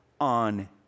on